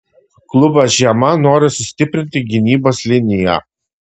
klubas žiemą nori sustiprinti gynybos liniją